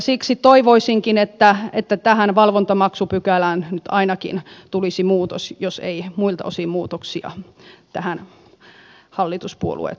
siksi toivoisinkin että tähän valvontamaksupykälään nyt ainakin tulisi muutos jos tähän eivät muilta osin muutoksia hallituspuolueet suostu tekemään